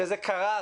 שזה קרס.